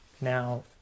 Now